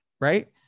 right